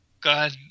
God